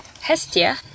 Hestia